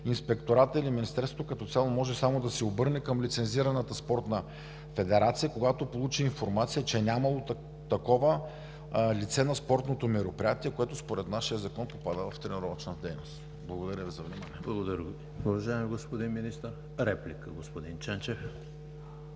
Инспекторатът или Министерството като цяло може само да се обърне към лицензираната спортна федерация, когато получи информация, че не е имало такова лице на спортното мероприятие, което според нашия закон попада в тренировъчната дейност. Благодаря Ви за вниманието.